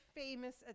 famous